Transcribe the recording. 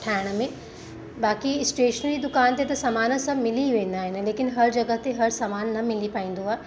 ठाहिण में बाक़ी स्टेशनरी जी दुकान ते त सामानु सभु मिली वेंदा आहिनि लेकिन हर जॻहि ते हर सामानु न मिली पाईंदो आहे